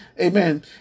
Amen